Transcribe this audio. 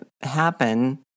happen